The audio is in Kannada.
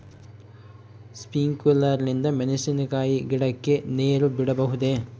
ಸ್ಪಿಂಕ್ಯುಲರ್ ನಿಂದ ಮೆಣಸಿನಕಾಯಿ ಗಿಡಕ್ಕೆ ನೇರು ಬಿಡಬಹುದೆ?